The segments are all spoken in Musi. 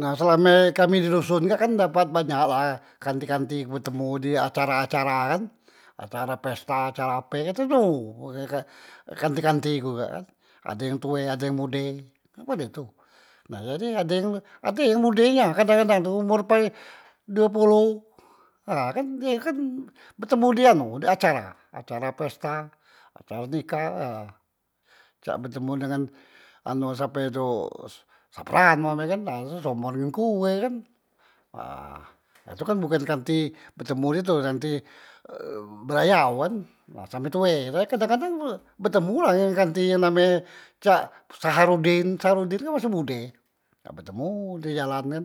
Nah selame kami di doson kak kan dapat banyak la kanti- kanti betemu di acara- acara kan, acara pesta acara ape kan temu ge kanti- kanti ku kak kan, ade yang tue ade yang mude kan model tu, nah jadi ade yang mude nya kadang- kadang umor pay due poloh, ha kan die kan betemu di anu di acara, acara pesta, acara nikah, cak betemu dengan anu ha sape tu sapran umpame kan ha tu seomor dengan ku he kan, ha itu kan bukan kanti betemur itu kanti eh belayao kan sampe tue kan, kadang- kadang betemu la dengan kanti yang name cak saharuden, saharuden kan masi mude, betemu di jalan kan,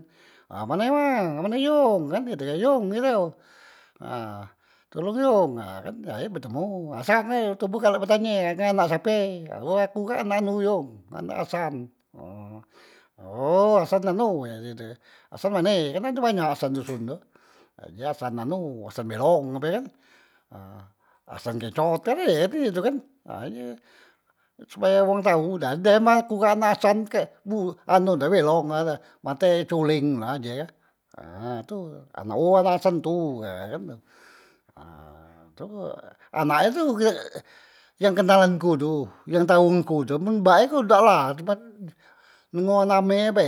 "mane mang" "mane yong" kan kate he kan yong ni yo ha "tolong yong" ha kan akhir e betemu ha sang oy toboh galak betanye "nga anak sape" "o aku kak anak anu yong, anak asan" nah "oh asan anu" he tu de "asan mane kan ade banyak asan doson tu", he je e asan anu, asan belong ape kan, ha asan kencot kan ade e ye tu kan, ha ni supaya wong tau, "ha dem aku ku kak anak asan kak bu anu day belong mate e culeng tu na" ji e ha tu "oh anak asan tu" ha tu anak e tu gek yang kenal dengan ku tu, yang tau dengan ku tu man bak e ku dak la cuman nemo name e be.